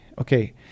okay